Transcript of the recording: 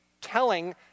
telling